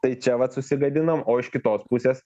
tai čia vat susigadinom o iš kitos pusės